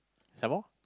some more